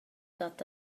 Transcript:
dat